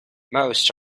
most